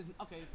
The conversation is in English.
Okay